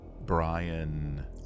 Brian